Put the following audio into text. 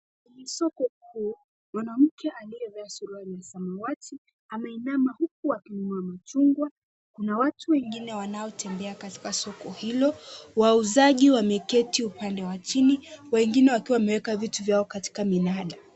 Kwenye soko kuu, mwanamke aliyevaa suruali ya samawati ameinama huku akinunua machungwa. Kuna watu wengine wanaotembea katika soko hilo. Wauzaji wameketi upande wa chini wengine wakiwa wameweka vitu vyao katika minada.